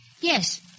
Yes